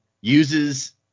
uses